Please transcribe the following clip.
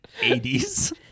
80s